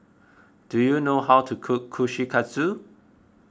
do you know how to cook Kushikatsu